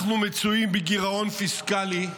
אנחנו מצויים בגירעון פיסקלי,